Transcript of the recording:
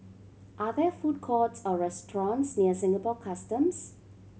are there food courts or restaurants near Singapore Customs